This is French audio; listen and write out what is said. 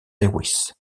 lewis